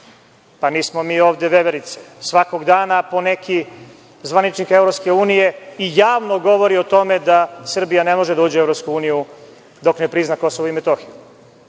Nismo mi ovde veverice. Svakog dana po neki zvaničnik EU i javno govori o tome da Srbija ne može da uđe u EU dok ne prizna Kosovo i Metohiju.